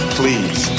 please